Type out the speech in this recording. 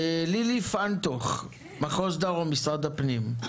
לילי פיינטוך, מחוז דרום, משרד הפנים.